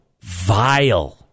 vile